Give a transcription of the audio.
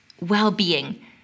well-being